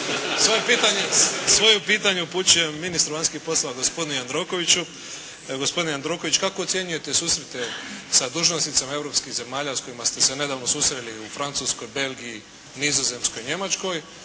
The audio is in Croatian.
svoje pitanje upućujem ministru vanjskih poslova gospodinu Jandrokoviću. Gospodine Jandroković, kako ocjenjujete susrete sa dužnosnicima Europskih zemalja s kojima ste se nedavno susreli u Francuskoj, Belgiji, Nizozemskoj, Njemačkoj,